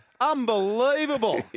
Unbelievable